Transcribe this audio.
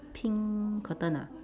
pink curtain ah